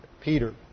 Peter